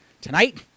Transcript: tonight